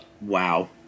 Wow